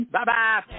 Bye-bye